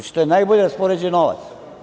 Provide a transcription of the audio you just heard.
To je najbolje raspoređeni novac.